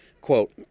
Quote